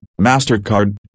MasterCard